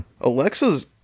Alexa's